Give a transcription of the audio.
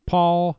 Paul